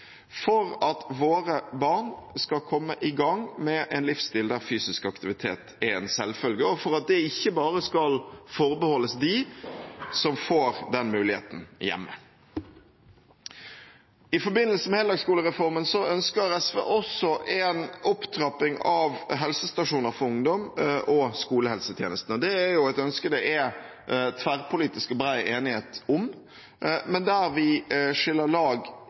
for at våre barn skal komme i gang med en livsstil der fysisk aktivitet er en selvfølge, og for at det ikke bare skal forbeholdes dem som får den muligheten hjemme. I forbindelse med heldagsskolereformen ønsker SV også en opptrapping av ordningen med helsestasjoner for ungdom og skolehelsetjenesten. Det er et ønske det er tverrpolitisk og bred enighet om, men der vi skiller lag